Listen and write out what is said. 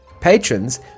Patrons